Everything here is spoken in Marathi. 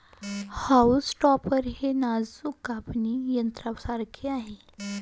हाऊल टॉपर हे नाजूक कापणी यंत्रासारखे आहे